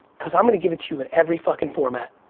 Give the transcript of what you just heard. cause i'm gonna give it to you in every fucking format,